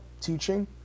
teaching